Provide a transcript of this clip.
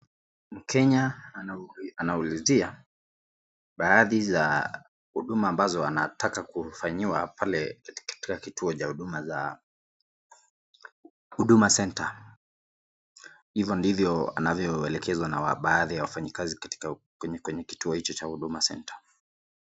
Mkenya anaulizia baadhi za huduma ambazo wanataka kufanyiwa pale katika kituo cha huduma centre, ivo ndivyo anaelekezwa na baadhi ya wafanyikazi kwenye kituo hicho cha huduma centre.